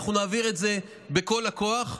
אנחנו נעביר את זה בכל הכוח,